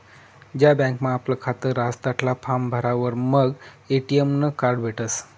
ज्या बँकमा आपलं खातं रहास तठला फार्म भरावर मंग ए.टी.एम नं कार्ड भेटसं